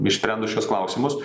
išsprendus šiuos klausimus